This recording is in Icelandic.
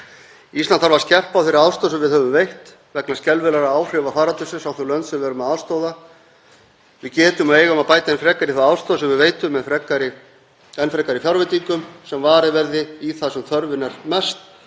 Ísland þarf að skerpa á þeirri aðstoð sem við höfum veitt vegna skelfilegra áhrifa faraldursins á þau lönd sem við erum að aðstoða. Við getum og eigum að bæta enn frekar í þá aðstoð sem við veitum með enn frekari fjárveitingum sem varið verður þar sem þörfin er mest